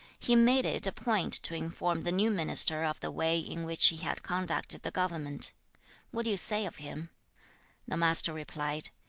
he made it a point to inform the new minister of the way in which he had conducted the government what do you say of him the master replied.